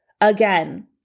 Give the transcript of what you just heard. Again